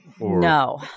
No